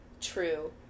True